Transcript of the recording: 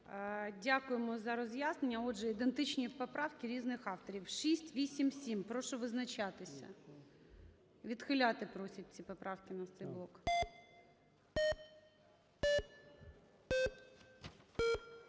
Дякуємо за роз'яснення. Отже, ідентичні поправки різних авторів. 687, прошу визначатися. Відхиляти просять ці поправки на цей блок.